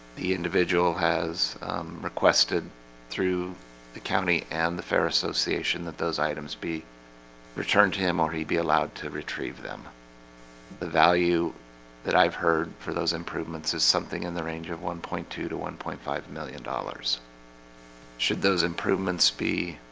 the individual has requested through the county and the farris association that those items be returned to him or he be allowed to retrieve them the value that i've heard for those improvements is something in the range of one point two to one point five million dollars should those improvements be?